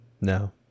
No